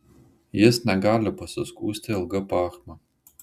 jis negali pasiskųsti ilga pachma